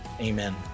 amen